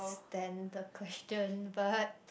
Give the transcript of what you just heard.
stand the question but